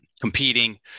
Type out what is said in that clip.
competing